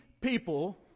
people